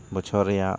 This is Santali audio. ᱵᱚᱪᱷᱚᱨ ᱨᱮᱭᱟᱜ